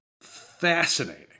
fascinating